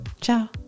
Ciao